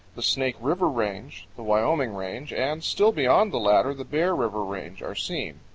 the snake river range, the wyoming range, and, still beyond the latter, the bear river range, are seen.